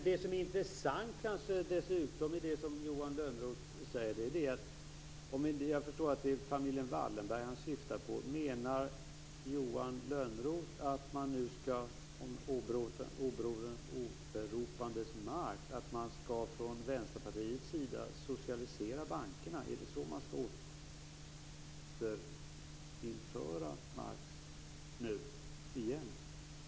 Det är så det fungerar. Det som Johan Lönnroth säger är intressant. Jag förstår att det är familjen Wallenberg som han syftar på. Menar Johan Lönnroth åberopandes Marx att man från Vänsterpartiet vill socialisera bankerna? Är det så som man nu skall återinföra Marx teorier?